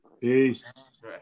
Peace